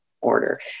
order